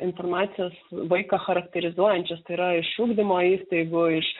informacijos vaiką charakterizuojančios tai yra iš ugdymo įstaigų iš